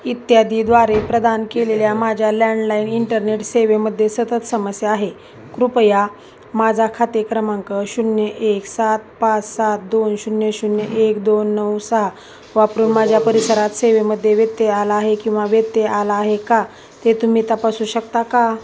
इत्यादी द्वारे प्रदान केलेल्या माझ्या लँडलाईन इंटरनेट सेवेमध्ये सतत समस्या आहे कृपया माझा खाते क्रमांक शून्य एक सात पाच सात दोन शून्य शून्य एक दोन नऊ सहा वापरून माझ्या परिसरात सेवेमध्ये व्यत्यय आला आहे किंवा व्यत्यय आला आहे का ते तुम्ही तपासू शकता का